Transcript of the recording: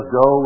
go